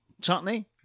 Chutney